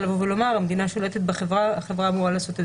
לבוא ולומר שהמדינה שולטת בחברה והחברה אמורה לעשות,